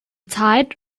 tide